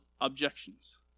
objections